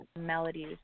melodies